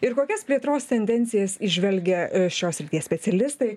ir kokias plėtros tendencijas įžvelgia šios srities specialistai